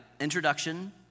introduction